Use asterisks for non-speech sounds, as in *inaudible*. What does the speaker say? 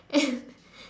*laughs*